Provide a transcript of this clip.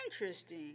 Interesting